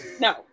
no